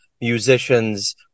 musicians